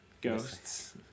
Ghosts